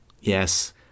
Yes